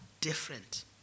different